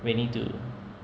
rainy to